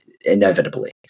inevitably